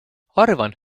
arvan